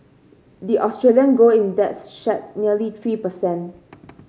the Australian gold index shed nearly three per cent